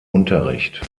unterricht